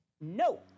No